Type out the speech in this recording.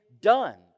done